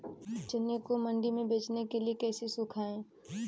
चने को मंडी में बेचने के लिए कैसे सुखाएँ?